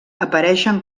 apareixen